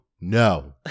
No